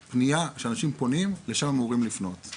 כשאנשים פונים לשם אמורים לפנות.